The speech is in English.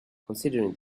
considering